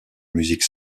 musique